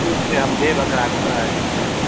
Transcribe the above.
ठीक छै हम देब एकरा एगो जे छै से